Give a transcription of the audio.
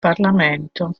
parlamento